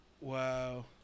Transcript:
wow